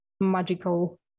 magical